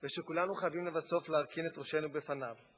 וכולנו חייבים לבסוף להרכין את ראשנו בפניו.